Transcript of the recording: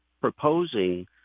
proposing